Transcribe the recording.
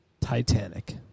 Titanic